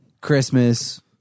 Christmas